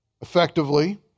effectively